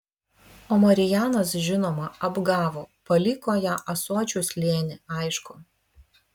o marijanas žinoma apgavo paliko ją ąsočių slėny aišku